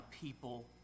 people